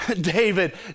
David